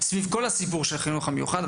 סביב כל הסיפור של החינוך המיוחד,